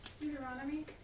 Deuteronomy